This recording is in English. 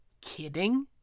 kidding